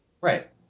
Right